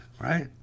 right